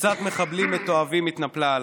קבוצת מחבלים מתועבים התנפלה עליו.